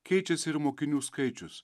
keičiasi ir mokinių skaičius